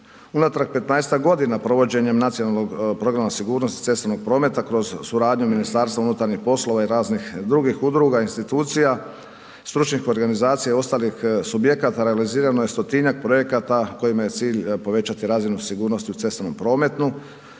Unatrag 15-tak godina provođenjem Nacionalnog programa sigurnosti cestovnog prometa kroz suradnju Ministarstva unutarnjih poslova i raznih drugih udruga i institucija, stručnih organizacija i ostalih subjekata, organizirano je 100-njak projekata kojima je cilj povećati razinu sigurnosti u cestovnom prometu